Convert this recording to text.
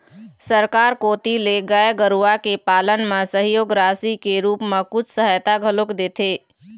सरकार कोती ले गाय गरुवा के पालन म सहयोग राशि के रुप म कुछ सहायता घलोक देथे